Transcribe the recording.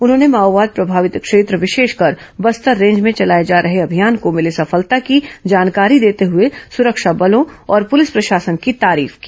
उन्होंने माओवाद प्रभावित क्षेत्र विशेषकर बस्तर रेंज में चलाए जा रहे अभियान को भिली सफलता की जानकारी देते हुए सुरक्षा बलों और पुलिस प्रशासन की तारीफ की